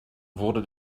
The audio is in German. wurde